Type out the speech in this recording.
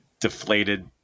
deflated